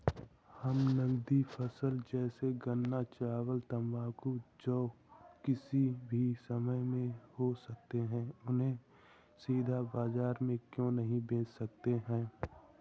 हम नगदी फसल जैसे गन्ना चाय तंबाकू जो किसी भी समय में हो सकते हैं उन्हें सीधा बाजार में क्यो नहीं बेच सकते हैं?